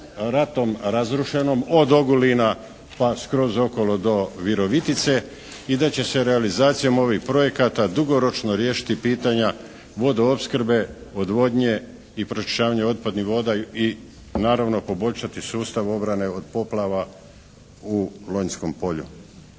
ratom razrušenom od Ogulina pa skroz okolo do Virovitice. I da će se realizacijom ovih projekata dugoročno riješiti pitanja vodoopskrbe, odvodnje i pročišćavanja otpadnih voda i naravno poboljšati sustav obrane od poplava u Lonjskom polju.